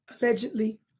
allegedly